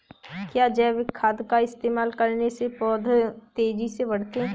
क्या जैविक खाद का इस्तेमाल करने से पौधे तेजी से बढ़ते हैं?